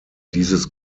dieses